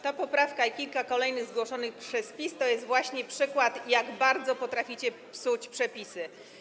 Ta poprawka i kilka kolejnych zgłoszonych przez PiS to jest właśnie przykład, jak bardzo potraficie psuć przepisy.